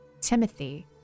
Timothy